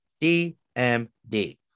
D-M-D